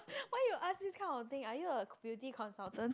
why you ask this kind of thing are you a beauty consultant